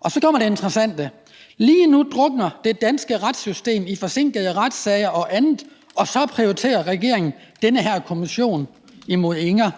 Og så kommer det interessante: »Lige nu drukner det danske retssystem i forsinkede retssager og andet - og så prioriterer Regeringen denne her 'kommission' mod Inger.«